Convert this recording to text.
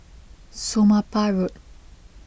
Somapah Road